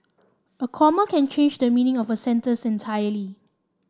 a comma can change the meaning of a sentence entirely